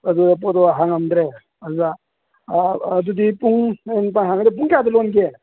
ꯑꯗꯣ ꯄꯣꯠꯇꯣ ꯍꯥꯡꯉꯝꯗ꯭ꯔꯦ ꯑꯗꯨꯗ ꯑꯗꯨꯗꯤ ꯄꯨꯡ ꯄꯨꯡ ꯀꯌꯥꯗ ꯂꯣꯟꯒꯦ